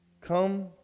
Come